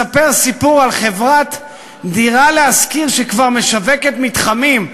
מספר סיפור על חברת "דירה להשכיר" שכבר משווקת מתחמים,